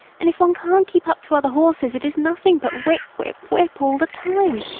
and if one can't keep up to other horses it is nothing but whip, whip, whip, all the time.